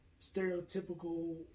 stereotypical